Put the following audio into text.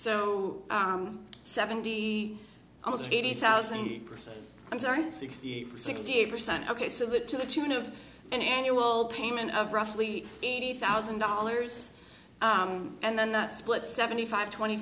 almost eighty thousand percent i'm sorry sixty sixty eight percent ok so that to the tune of an annual payment of roughly eighty thousand dollars and then that split seventy five twenty